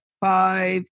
Five